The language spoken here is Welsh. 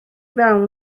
mewn